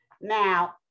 Now